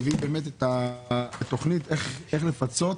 הביא תוכנית איך לפצות.